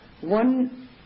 one